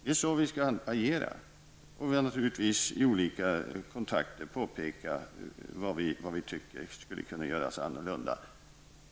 Det är så vi skall agera. Vi får genom olika kontakter påpeka vad vi tycker skulle kunna göras annorlunda.